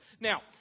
Now